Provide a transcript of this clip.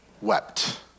wept